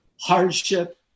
hardship